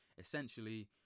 essentially